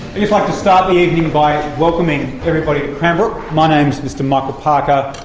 if i could start the evening by ah welcoming everybody to cranbrook. my name is mr michael parker,